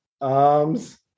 arms